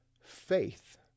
faith